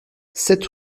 sept